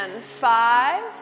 Five